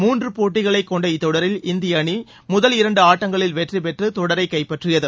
மூன்று போட்டிகளை கொண்ட இத்தொடரில் இந்திய அணி முதல் இரண்டு ஆட்டங்களில் வெற்றி பெற்று தொடரை கைப்பற்றியது